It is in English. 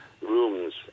rooms